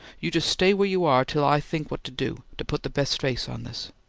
you just stay where you are till i think what to do, to put the best face on this!